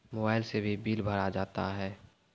Mobile से भी bill भरा जाता हैं?